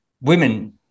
women